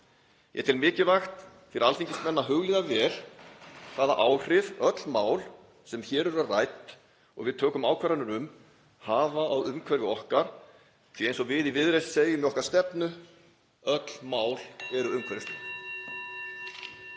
Ég tel mikilvægt fyrir alþingismenn að hugleiða vel hvaða áhrif öll mál sem hér eru rædd og við tökum ákvarðanir um hafa á umhverfi okkar því eins og við í Viðreisn segjum í okkar stefnu: Öll mál eru umhverfismál.